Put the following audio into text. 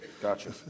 Gotcha